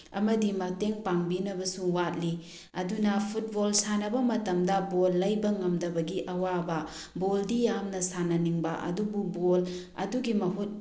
ꯑꯃꯗꯤ ꯃꯇꯦꯡ ꯄꯥꯡꯕꯤꯅꯕꯁꯨ ꯋꯥꯠꯂꯤ ꯑꯗꯨꯅ ꯐꯨꯠꯕꯣꯜ ꯁꯥꯟꯅꯕ ꯃꯇꯝꯗ ꯕꯣꯜ ꯂꯩꯕ ꯉꯝꯗꯕꯒꯤ ꯑꯋꯥꯕ ꯕꯣꯜꯗꯤ ꯌꯥꯝꯅ ꯁꯥꯟꯅꯅꯤꯡꯕ ꯑꯗꯨꯕꯨ ꯕꯣꯜ ꯑꯗꯨꯒꯤ ꯃꯍꯨꯠ